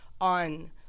on